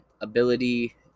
ability